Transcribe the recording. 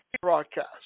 broadcast